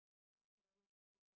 okay